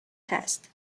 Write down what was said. test